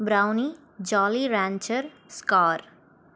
brownie Jolly Rancher scar